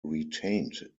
retained